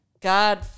God